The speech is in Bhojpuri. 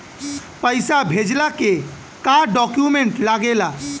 पैसा भेजला के का डॉक्यूमेंट लागेला?